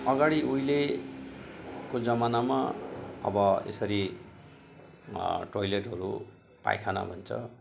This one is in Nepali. अगाडि उहिलेको जमानामा अब यसरी टोइलेटहरू पाइखाना भन्छ